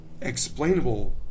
explainable